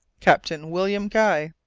captain william guy.